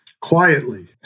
Quietly